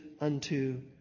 unto